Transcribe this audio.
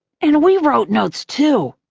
and we wrote notes, too.